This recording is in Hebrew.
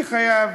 אני חייב